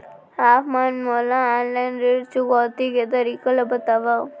आप मन मोला ऑनलाइन ऋण चुकौती के तरीका ल बतावव?